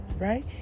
right